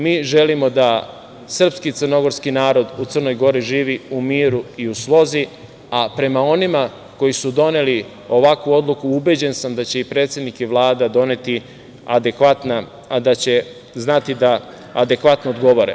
Mi želimo da srpski i crnogorski narod u Crnoj Gori živi u miru i u slozi, a prema onima koji su doneli ovakvu odluku, ubeđen sam da će i predsednik i Vlada znati adekvatno da odgovore.